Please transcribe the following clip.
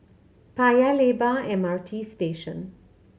Paya Lebar M R T Station